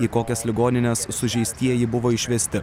į kokias ligonines sužeistieji buvo išvesti